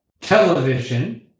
television